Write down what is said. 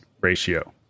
ratio